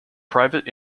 private